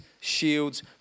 shields